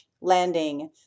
landing